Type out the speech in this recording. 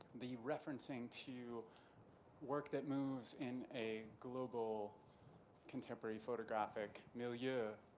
the referencing to work that moves in a global contemporary photographic milieu yeah